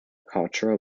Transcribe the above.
cultural